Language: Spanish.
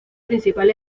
principal